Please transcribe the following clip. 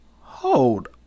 Hold